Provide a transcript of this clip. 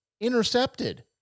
intercepted